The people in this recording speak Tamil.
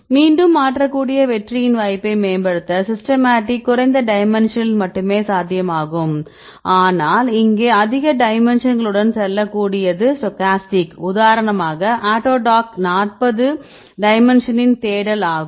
மீண்டும் மாற்றக்கூடிய வெற்றியின் வாய்ப்பை மேம்படுத்த சிஸ்டமேட்டிக் குறைந்த டைமென்ஷனில் மட்டுமே சாத்தியமாகும் ஆனால் இங்கே அதிக டைமென்ஷன்களுடன் செல்லக்கூடியதுஸ்டோக்காஸ்டிக் உதாரணமாக ஆட்டோடாக் நாற்பது டைமென்ஷனின் தேடல் ஆகும்